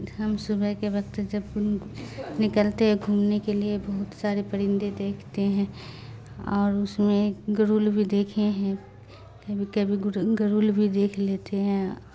ہم صبح کے وقت جب نکلتے ہیں گھومنے کے لیے بہت سارے پرندے دیکھتے ہیں اور اس میں گرول بھی دیکھے ہیں کبھی کبھی گرول بھی دیکھ لیتے ہیں